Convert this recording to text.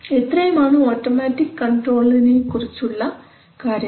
ഇത്രയും ആണ് ഓട്ടോമാറ്റിക് കൺട്രോളിനെക്കുറിച്ചുള്ള കാര്യങ്ങൾ